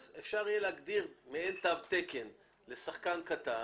אז אפשר יהיה להגדיר מעין תו תקן לשחקן קטן,